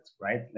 right